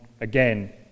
again